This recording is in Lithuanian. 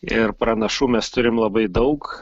ir pranašų mes turim labai daug